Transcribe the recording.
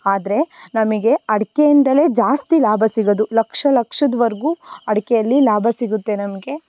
ಆದರೆ ನಮಗೆ ಅಡಿಕೆಯಿಂದಲೇ ಜಾಸ್ತಿ ಲಾಭ ಸಿಗೋದು ಲಕ್ಷ ಲಕ್ಷದ್ವರೆಗೂ ಅಡಿಕೆಯಲ್ಲಿ ಲಾಭ ಸಿಗುತ್ತೆ ನಮಗೆ